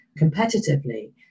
competitively